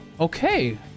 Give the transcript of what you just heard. okay